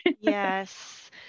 Yes